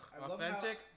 Authentic